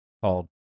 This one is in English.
called